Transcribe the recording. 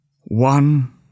One